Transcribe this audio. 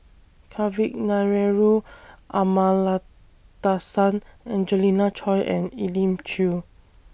Kavignareru Amallathasan Angelina Choy and Elim Chew